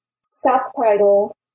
subtitle